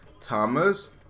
Thomas